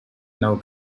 now